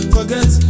Forget